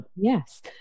Yes